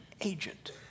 agent